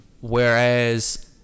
Whereas